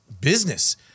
business